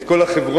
את כל החברונים.